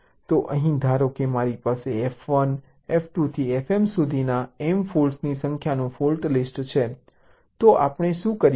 તો અહીં ધારો કે મારી પાસે F1 F2 થી Fm સુધીના m ફોલ્ટ્સની સંખ્યાનું ફોલ્ટ લિસ્ટ છે તો આપણે શું કરીએ